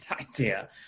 idea